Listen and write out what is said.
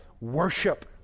worship